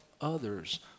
others